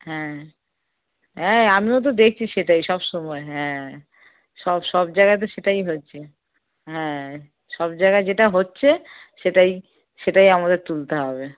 হ্যাঁ হ্যাঁ আমিও তো দেখছি সেটাই সব সময় হ্যাঁ সব সব জায়গায় তো সেটাই হচ্ছে হ্যাঁ সব জায়গায় যেটা হচ্ছে সেটাই সেটাই আমাদের তুলতে হবে